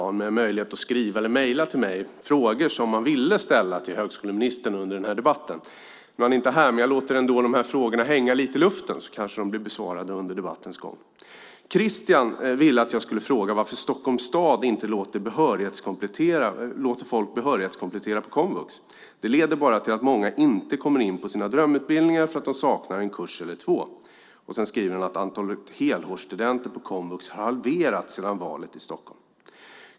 Jag gav människor en möjlighet att skriva eller mejla frågor till mig som de ville ställa till högskoleministern under den här debatten. Nu är han inte här. Men jag låter ändå de här frågorna hänga lite i luften, så kanske de blir besvarade under debattens gång. Christian ville att jag skulle fråga varför Stockholms stad inte låter folk behörighetskomplettera på komvux. Detta leder bara till att många inte kommer in på sina drömutbildningar för att de saknar en kurs eller två. Sedan skriver han att antalet helårsstudenter på komvux har halverats sedan valet i Stockholm.